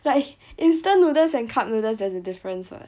like instant noodles and cup noodles there's a difference [what]